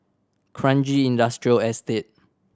Kranji Industrial Estate